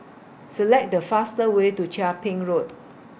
Select The fastest Way to Chia Ping Road